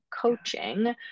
coaching